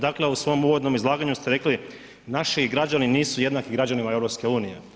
Dakle u svom uvodnom izlaganju ste rekli, naši građani nisu jednaki građanima EU.